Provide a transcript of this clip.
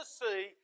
see